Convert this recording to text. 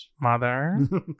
mother